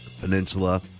Peninsula